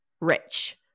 rich